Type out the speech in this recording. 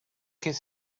his